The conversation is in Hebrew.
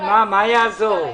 מה זה יעזור?